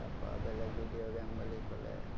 তাৰপৰা বেলেগ video game বুলি ক'লে